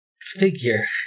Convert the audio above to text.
figure